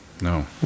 No